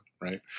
right